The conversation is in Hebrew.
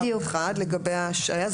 אז זה דבר אחד לגבי ההשעיה.